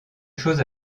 chose